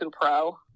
pro